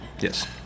Yes